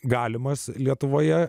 galimas lietuvoje